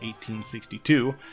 1862